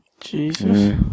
Jesus